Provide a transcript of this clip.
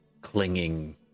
clinging